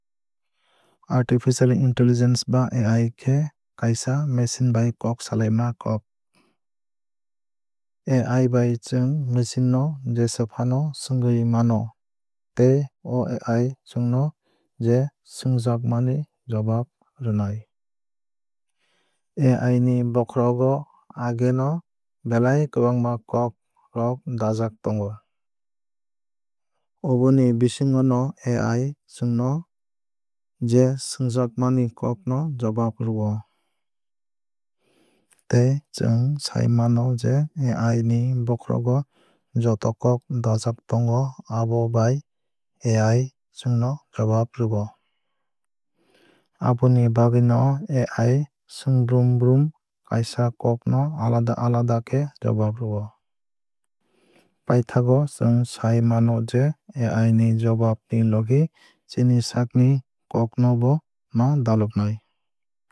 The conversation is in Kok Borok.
Artificial intelligence ba AI khe kaisa machine bai kok salaima kok. AI bai chwng machine no jesafano swngwui mano tei o AI chwng no je swngjakmani jawab rwnai. AI ni bokhorok o age no belai kwbangma kok rok dajak tongo. Oboni bisingo no AI chwng no je swngjakmani kok no jawab rwio. Tei chwng sai mano je AI ni bokhorogo joto kok dajak tongo abo bai AI chwng no jawab rwio. Aboni bagwui no AI swngbrum brum kaisa kok no alada alada khe jawab rwio. Paithago chwng sai mano je AI ni jawab ni logi chini saak ni kok no bo ma dalognai.